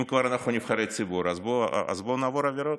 אם כבר אנחנו נבחרי ציבור, אז בואו נעבור עבירות.